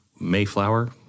Mayflower